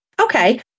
Okay